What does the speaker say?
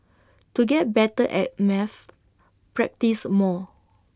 to get better at maths practise more